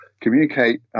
communicate